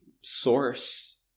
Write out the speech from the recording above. source